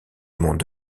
monde